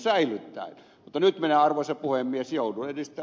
mutta nyt minä arvoisa puhemies joudun ed